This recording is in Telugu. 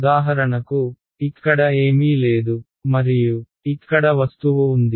ఉదాహరణకు ఇక్కడ ఏమీ లేదు మరియు ఇక్కడ వస్తువు ఉంది